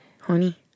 honey